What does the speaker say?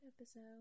episode